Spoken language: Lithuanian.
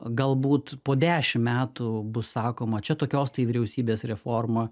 galbūt po dešim metų bus sakoma čia tokios tai vyriausybės reforma